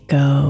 go